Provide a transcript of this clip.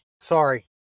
Sorry